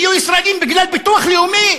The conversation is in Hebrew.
יהיו ישראלים בגלל ביטוח לאומי?